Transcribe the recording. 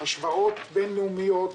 השוואות בין-לאומיות,